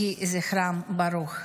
יהי זכרם ברוך.